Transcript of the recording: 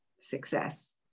success